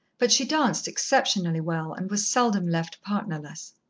but she danced exceptionally well, and was seldom left partnerless.